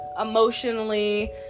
emotionally